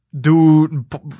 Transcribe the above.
dude